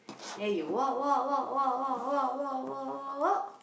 then you walk walk walk walk walk walk walk walk walk walk